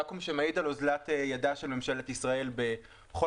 ואקום שמעיד על אוזלת ידה של ממשלת ישראל בכל